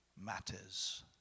matters